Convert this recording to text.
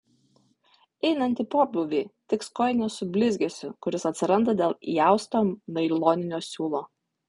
einant į pobūvį tiks kojinės su blizgesiu kuris atsiranda dėl įausto nailoninio siūlo